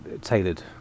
tailored